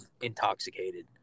intoxicated